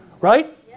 right